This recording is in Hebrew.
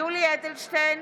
(קוראת בשמות חברי הכנסת) יולי יואל אדלשטיין,